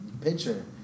picture